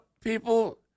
people